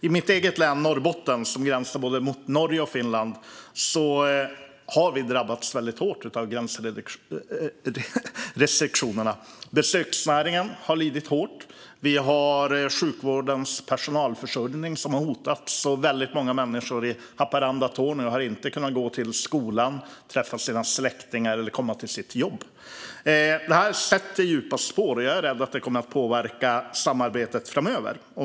I mitt eget län Norrbotten, som gränsar mot både Norge och Finland, har vi drabbats väldigt hårt av gränsrestriktionerna. Besöksnäringen har lidit hårt, sjukvårdens personalförsörjning har hotats, och väldigt många människor i Haparanda-Torneå har inte kunnat gå till skolan, träffa sina släktingar eller komma till sitt jobb. Detta sätter djupa spår, och jag är rädd för att det kommer att påverka samarbetet framöver.